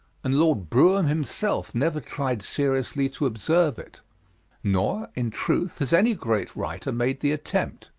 and lord brougham himself never tried seriously to observe it nor, in truth, has any great writer made the attempt.